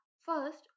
First